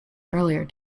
earlier